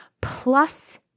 plus